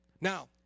now